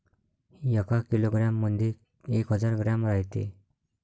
एका किलोग्रॅम मंधी एक हजार ग्रॅम रायते